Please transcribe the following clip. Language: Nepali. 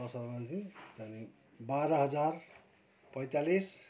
बाह्र हजार पैँतालिस